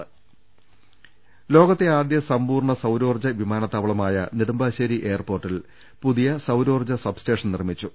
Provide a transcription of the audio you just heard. ദർവ്വട്ടെഴ ലോകത്തെ ആദ്യ സമ്പൂർണ സൌരോർജ്ജ് വിമാനത്താവളമായ നെടു മ്പാശേരി എയർപോർട്ടിൽ പുതിയ സൌരോർജ്ജ സൃബ്സ്റ്റേഷൻ നിർമ്മിച്ചു